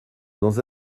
dans